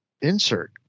insert